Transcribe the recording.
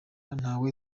ntawe